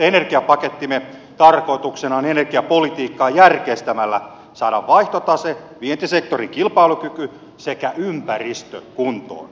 energiapakettimme tarkoituksena on energiapolitiikkaa järkeistämällä saada vaihtotase vientisektorin kilpailukyky sekä ympäristö kuntoon